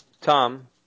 Tom